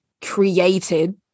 created